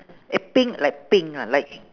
eh pink like pink lah like